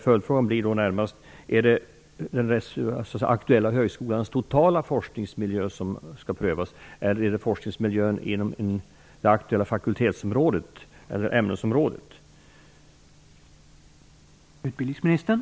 Följdfrågan blir då närmast: Är det den aktuella högskolans totala forskningsmiljö som skall prövas, eller är det forskningsmiljön inom det aktuella fakultets eller ämnesområdet som skall prövas?